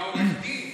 אתה עורך דין.